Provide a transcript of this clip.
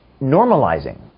normalizing